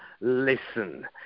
listen